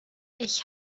ich